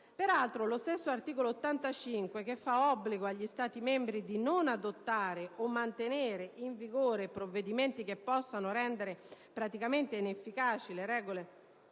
Peraltro, lo stesso articolo 85 del Trattato fa obbligo agli Stati membri di non adottare o mantenere in vigore provvedimenti che possano rendere praticamente inefficaci le regole